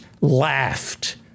laughed